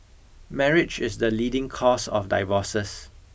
marriage is the leading cause of divorces